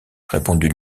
répondit